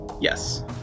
yes